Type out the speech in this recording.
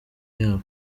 yabo